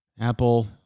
Apple